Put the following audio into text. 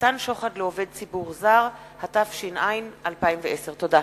(מתן שוחד לעובד ציבור זר), התש"ע 2010. תודה.